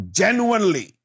genuinely